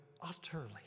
utterly